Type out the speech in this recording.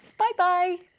bye bye!